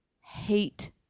hate